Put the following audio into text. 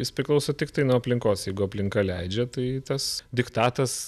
jis priklauso tiktai nuo aplinkos jeigu aplinka leidžia tai tas diktatas